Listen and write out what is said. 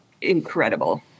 incredible